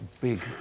big